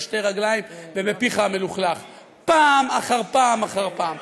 שתי רגליים ובפיך המלוכלך פעם אחר פעם אחר פעם.